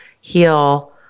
heal